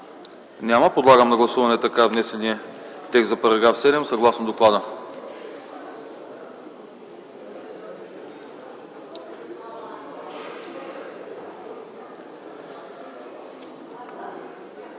Няма. Подлагам на гласуване така внесения текст за § 7, съгласно доклада.